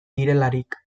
direlarik